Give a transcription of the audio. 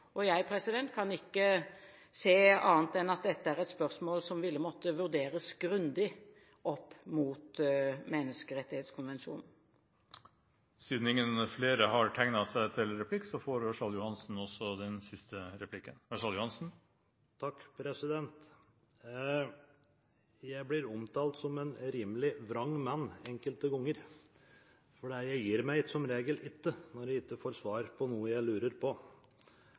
land. Jeg kan ikke se annet enn at dette er spørsmål som ville måtte vurderes grundig opp mot menneskerettighetskonvensjonen. Siden ingen flere har tegnet seg til replikk, får representanten Ørsal Johansen også den siste replikken. Jeg blir omtalt som en rimelig vrang mann enkelte ganger, for jeg gir meg som regel ikke når jeg ikke får svar på noe jeg lurer på.